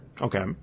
Okay